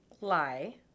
lie